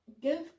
give